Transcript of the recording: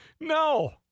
No